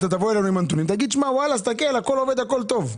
אתה תבוא אלינו עם הנתונים ותגיד שהכול עובד והכול טוב.